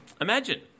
Imagine